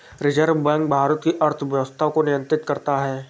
reserve bank Bharat की अर्थव्यवस्था को नियन्त्रित करता है